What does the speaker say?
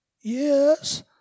yes